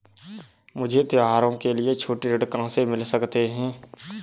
मुझे त्योहारों के लिए छोटे ऋण कहाँ से मिल सकते हैं?